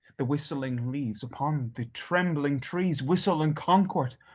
the whistling leaves upon the trembling trees, whistle in consort,